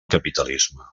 capitalisme